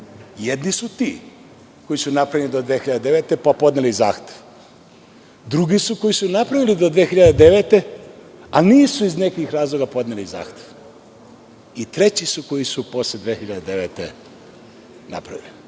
Jedni su ti koji su napravljeni do 2009. godine pa podneli zahtev. Drugi su koji su napravili do 2009. godine, a nisu iz nekih razloga podneli zahtev. Treću su oni koji su posle 2009. godine napravili.